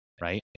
Right